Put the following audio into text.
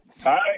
Hi